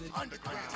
underground